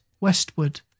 Westward